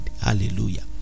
Hallelujah